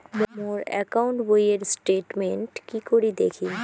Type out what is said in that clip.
মোর account বইয়ের statement কি করি দেখিম?